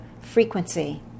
frequency